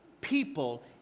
people